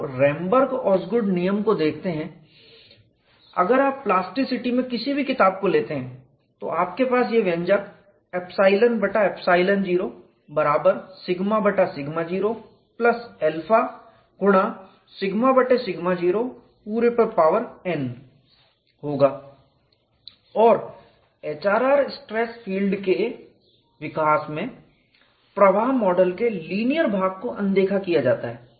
जब आप Ramberg Osgood नियम को देखते है अगर आप प्लास्टिसिटी में किसी भी किताब को लेते हैं तो आपके पास यह व्यंजक ϵ बटा ϵ0 बराबर σ बटा σ0 प्लस 𝜶 गुणा σ बटा σ0 पूरे पर पावर n होगा और HRR स्ट्रेस फील्ड के विकास में प्रवाह मॉडल के लीनियर भाग को अनदेखा किया जाता है